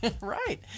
right